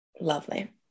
Lovely